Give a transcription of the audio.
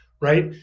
right